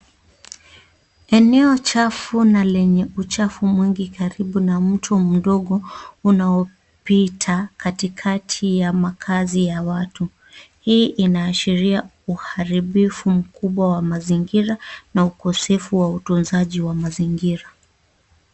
Eneo chafu na lenye uchafu mwingi karibu na mto mdogo unaopita katikati ya makazi ya watu. Hii inaashiria uharibifu mkubwa wa mazingira na ukosefu wa utunzaji wa mazingira.